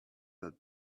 that